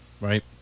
Right